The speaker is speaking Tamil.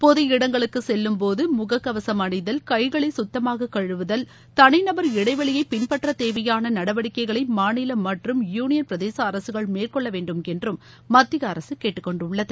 பொது இடங்களுக்குசெல்லும் போது முகக்கவசம் அணிதல் கைகளைசுத்தமாககழுவுதல் தனிநபா இடைவெளியைபின்பற்றதேவையானநடவடிக்கைகளைமாநிலமற்றும் யூனியன் பிரதேசஅரசுகள் மேற்கொள்ளவேண்டும் என்றும் மத்தியஅரசுகேட்டுக்கொண்டுள்ளது